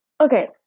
Okay